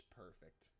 perfect